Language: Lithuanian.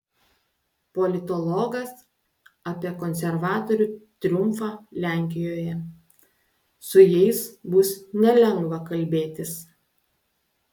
politologas apie konservatorių triumfą lenkijoje su jais bus nelengva kalbėtis